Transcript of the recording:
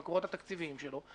ואת המקורות התקציביים שלו,